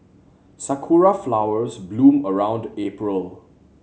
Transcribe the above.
sakura flowers bloom around April